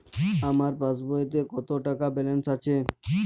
আমার পাসবইতে কত টাকা ব্যালান্স আছে?